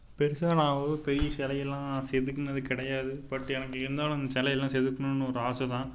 பெருசாக நான் வந்து பெரிய சிலையெல்லாம் செதுக்குனது கிடையாது பட் எனக்கு இருந்தாலும் இந்த சிலையெல்லாம் செதுக்குணும்னு ஒரு ஆசை தான்